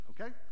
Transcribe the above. Okay